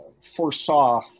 foresaw